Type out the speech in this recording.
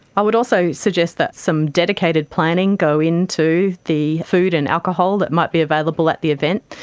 i would also suggest that some dedicated planning go in to the food and alcohol that might be available at the event.